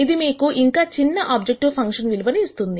ఇది మీకు ఇంకా చిన్న ఆబ్జెక్టివ్ ఫంక్షన్ విలువలు ఇస్తుంది